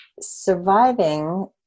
surviving